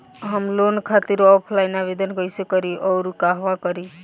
हम लोन खातिर ऑफलाइन आवेदन कइसे करि अउर कहवा करी?